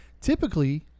typically